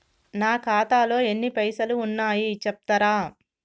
నా ఖాతాలో ఎన్ని పైసలు ఉన్నాయి చెప్తరా?